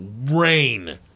rain